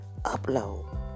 upload